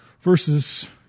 versus